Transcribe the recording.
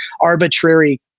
arbitrary